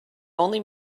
only